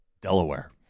Delaware